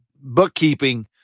bookkeeping